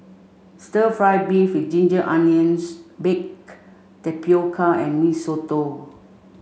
stir fry beef with ginger onions baked tapioca and mee soto